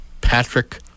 Patrick